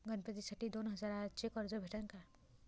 गणपतीसाठी दोन हजाराचे कर्ज भेटन का?